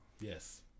Yes